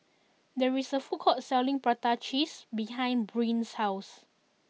there is a food court Selling Prata Cheese behind Brynn's house